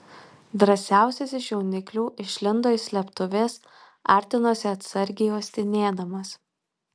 drąsiausias iš jauniklių išlindo iš slėptuvės artinosi atsargiai uostinėdamas